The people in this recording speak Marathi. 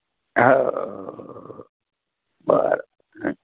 हो बरं हं